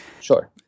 Sure